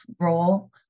role